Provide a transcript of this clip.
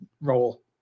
role